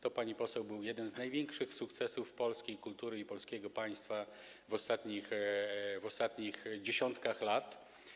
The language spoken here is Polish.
To, pani poseł, był jeden z największych sukcesów polskiej kultury i polskiego państwa w ostatnich dziesiątkach lat.